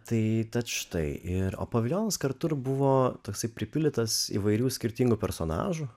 tai tad štai ir o pavilionis kartu ir buvo toksai pripildytas įvairių skirtingų personažų